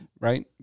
Right